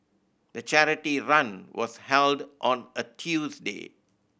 the charity run was held on a Tuesday